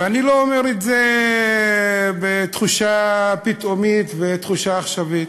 ואני לא אומר את זה בתחושה פתאומית ובתחושה עכשווית.